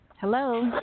Hello